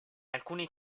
alcuni